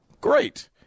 Great